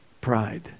pride